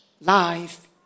life